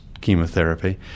chemotherapy